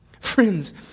Friends